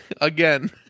Again